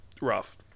rough